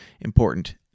important